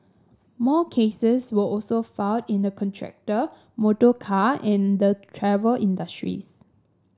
more cases were also filed in the contractor motorcar and the travel industries